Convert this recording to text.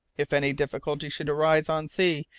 if any difficulty should arise on sea,